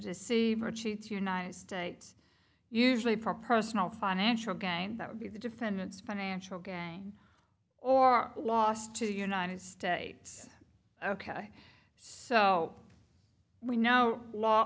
deceive or cheat united states usually proper personal financial gain that would be the defendants financial gain or loss to the united states ok so we know law